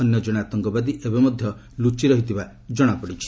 ଅନ୍ୟ କଣେ ଆତଙ୍କବାଦୀ ଏବେ ମଧ୍ୟ ଲୁଚି ରହିଥିବା ଜଣାପଡ଼ିଛି